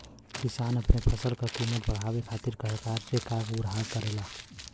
किसान अपने फसल क कीमत बढ़ावे खातिर सरकार से का गुहार करेला?